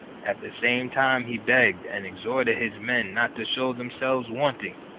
at the same time he begged and exhorted his men not to show themselves wanting,